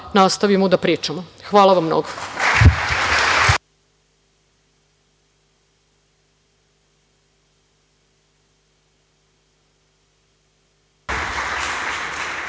nastavimo da pričamo. Hvala vam mnogo.